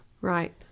Right